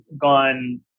gone